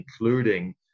including